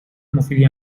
مفیدی